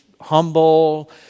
humble